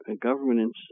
governance